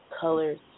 color's